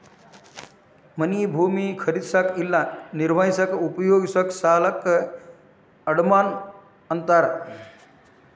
ಮನೆ ಭೂಮಿ ಖರೇದಿಸಕ ಇಲ್ಲಾ ನಿರ್ವಹಿಸಕ ಉಪಯೋಗಿಸೊ ಸಾಲಕ್ಕ ಅಡಮಾನ ಅಂತಾರ